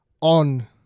on